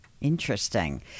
Interesting